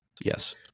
Yes